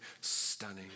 stunning